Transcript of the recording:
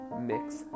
mix